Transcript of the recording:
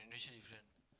Indonesia different